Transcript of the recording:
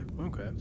Okay